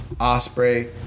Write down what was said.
Osprey